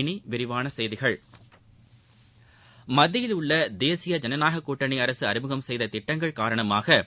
இனி விரிவான செய்திகள மத்தியிலுள்ள தேசிய ஜனநாயக கூட்டணி அரசு அறிமுகம் செய்த திட்டங்கள் காரணமாக